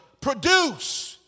produce